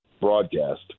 broadcast